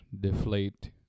deflate